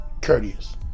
courteous